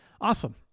Awesome